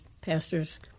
pastor's